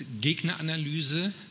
Gegneranalyse